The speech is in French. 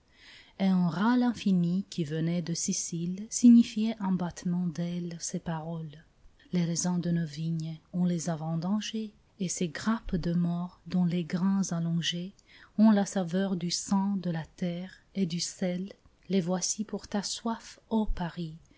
et un râle infini qui venait de sicile signifiait en battement d'ailes ces paroles les raisins de nos vignes on les a vendangés et ces grappes de morts dont les grains allongés ont la saveur du sang de la terre et du sel les voici pour ta soif ô paris